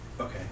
okay